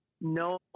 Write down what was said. no